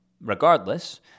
Regardless